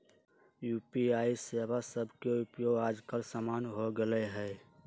UPI सेवा सभके उपयोग याजकाल सामान्य हो गेल हइ